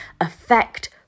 affect